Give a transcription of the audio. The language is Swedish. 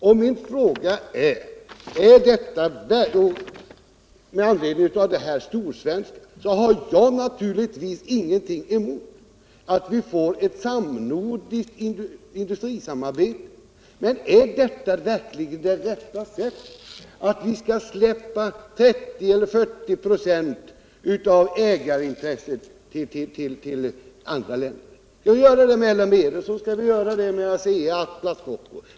Med anledning av att jag betraktar mig som storsvensk har jag naturligtvis inget emot att vi får ett samnordiskt industrisamarbete. Men är detta verkligen det rätta sättet att vi skall släppa 30-40 96 av ägarintresset till andra länder? Skall vi göra det med LM Ericsson, ASEA och Atlas Copco?